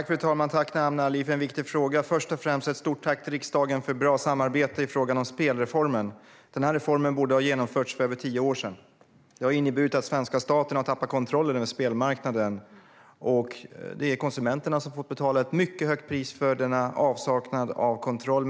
Fru talman! Tack, Amne Ali, för en viktig fråga! Först och främst vill jag rikta ett stort tack till riksdagen för ett bra samarbete i fråga om spelreformen. Denna reform borde ha genomförts redan för tio år sedan. Det här har inneburit att svenska staten har tappat kontrollen över spelmarknaden, och konsumenterna har fått betala ett mycket högt pris för avsaknaden av kontroll.